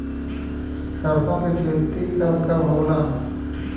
सरसों के खेती कब कब होला?